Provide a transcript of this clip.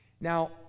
Now